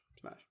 Smash